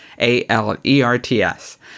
A-L-E-R-T-S